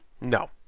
No